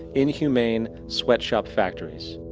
inhuman sweetshop-factorys,